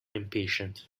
impatient